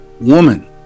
woman